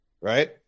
right